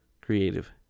creative